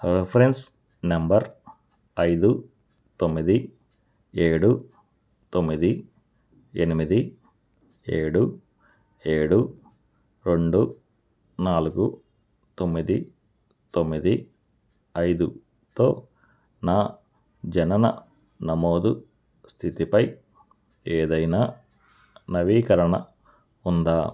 reference number ఐదు తొమ్మిది ఏడు తొమ్మిది ఎనిమిది ఏడు ఏడు రెండు నాలుగు తొమ్మిది తొమ్మిది ఐదుతో నా జనన నమోదు స్థితిపై ఏదైనా నవీకరణ ఉందా